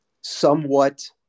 somewhat